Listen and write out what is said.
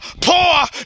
poor